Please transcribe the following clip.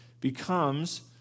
becomes